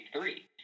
three